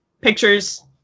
pictures